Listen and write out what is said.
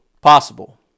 Possible